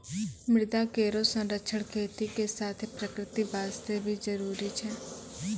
मृदा केरो संरक्षण खेती के साथें प्रकृति वास्ते भी जरूरी छै